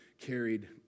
carried